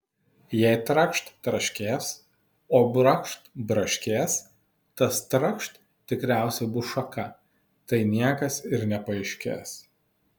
jei trakšt traškės o brakšt braškės tas trakšt tikriausiai bus šaka tai niekas ir nepaaiškės